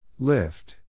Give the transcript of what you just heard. Lift